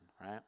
right